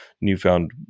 newfound